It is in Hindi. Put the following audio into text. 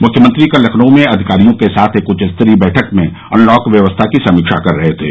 मुख्यमंत्री कल लखनऊ में अधिकारियों के साथ एक उच्चस्तरीय बैठक में अनलॉक व्यवस्था की समीक्षा कर रहे थे